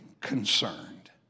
concerned